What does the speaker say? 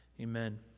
Amen